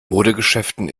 modegeschäften